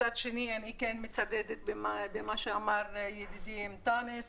מצד שני אני מצדדת במה שאמר ידידי אנטאנס